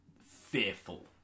fearful